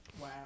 Wow